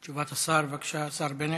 תשובת השר, בבקשה, השר בנט.